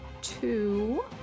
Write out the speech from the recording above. Two